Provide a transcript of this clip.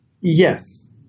Yes